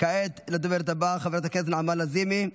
כעת לדוברת הבאה, חברת הכנסת נעמה לזימי.